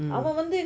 mm